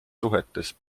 suhetes